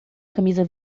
camisa